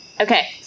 Okay